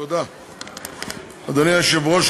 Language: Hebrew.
אדוני היושב-ראש,